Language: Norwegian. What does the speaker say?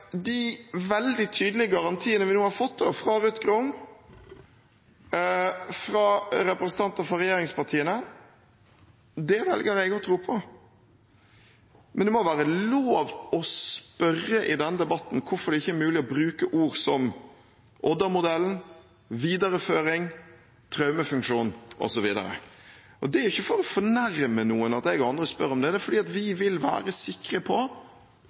de veldig tydelige garantiene vi har fått fra Ruth Grung og fra representanter fra regjeringspartiene, men det må være lov å spørre i denne debatten hvorfor det ikke er mulig å bruke ord som «Odda-modellen», «videreføring», «traumefunksjon», osv. Det er ikke for å fornærme noen at jeg og andre spør om det. Det er fordi vi vil være sikre på